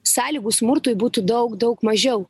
sąlygų smurtui būtų daug daug mažiau